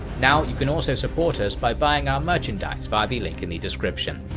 now, you can also support us by buying our merchandise via the link in the description.